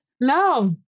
No